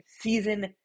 season